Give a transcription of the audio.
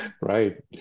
Right